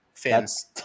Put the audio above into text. fans